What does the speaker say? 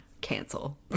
Cancel